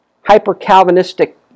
hyper-Calvinistic